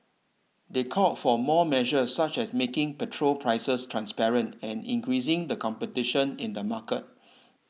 they called for more measures such as making petrol prices transparent and increasing the competition in the market